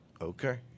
Okay